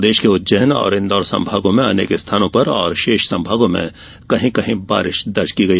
प्रदेश के उज्जैन इंदौर संभागों में अनेक स्थानों पर और शेष संभागों में कहीं कहीं बारिश दर्ज की गई